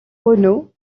renaud